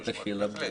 בהחלט.